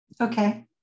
Okay